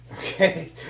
Okay